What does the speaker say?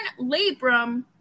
labrum